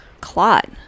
clot